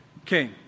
Okay